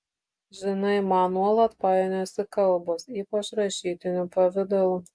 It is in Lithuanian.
žinai man nuolat painiojasi kalbos ypač rašytiniu pavidalu